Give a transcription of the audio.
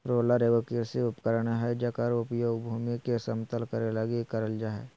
roller एगो कृषि उपकरण हइ जेकर उपयोग भूमि के समतल करे लगी करल जा हइ